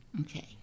Okay